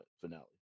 finale